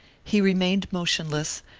he remained motionless,